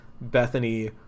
bethany